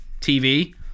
tv